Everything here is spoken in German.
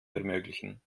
ermöglichen